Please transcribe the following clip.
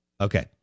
Okay